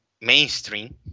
mainstream